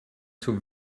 too